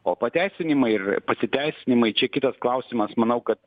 o pateisinimai ir pasiteisinimai čia kitas klausimas manau kad